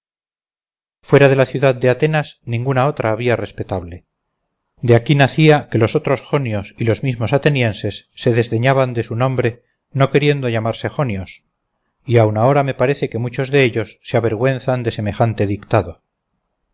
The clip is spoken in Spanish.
fuera de la ciudad de atenas ninguna otra había respetable de aquí nacía que los otros jonios y los mismos atenienses se desdeñaban de su nombre no queriendo llamarse jonios y aun ahora me parece que muchos de ellos se avergüenzan de semejante dictado